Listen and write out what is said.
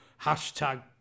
hashtag